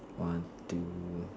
one two